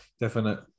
definite